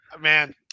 Man